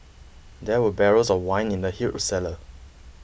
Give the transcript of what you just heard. there were barrels of wine in the huge cellar